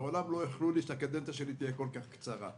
מעולם לא איחלו לי שהקדנציה שלי תהיה כל כך קצרה.